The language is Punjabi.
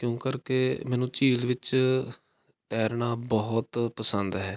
ਕਿਉਂ ਕਰਕੇ ਮੈਨੂੰ ਝੀਲ ਵਿੱਚ ਤੈਰਨਾ ਬਹੁਤ ਪਸੰਦ ਹੈ